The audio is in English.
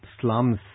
slums